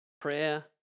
Prayer